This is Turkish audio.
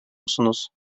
musunuz